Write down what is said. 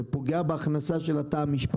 זה פוגע בתא המשפחתי.